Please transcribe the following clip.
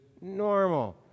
normal